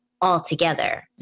altogether